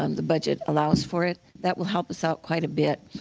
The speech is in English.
um the budget allows for it, that will help us out quite a bit.